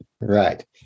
Right